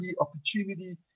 opportunity